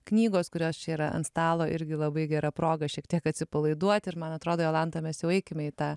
knygos kurios čia yra ant stalo irgi labai gera proga šiek tiek atsipalaiduoti ir man atrodo jolanta mes jau eikime į tą